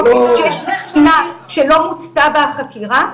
לא ------ שלא מוצתה בה החקירה,